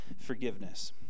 forgiveness